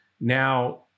now